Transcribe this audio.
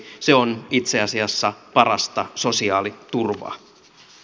se on itse asiassa parasta sosiaaliturvaa